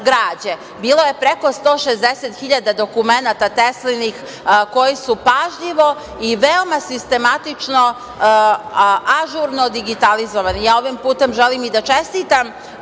Bilo je preko 160 hiljada dokumenata Teslinih, koji su pažljivo i veoma sistematično, ažurno digitalizovani. Ovim putem želim i da čestitam